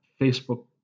Facebook